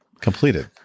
completed